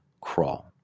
crawl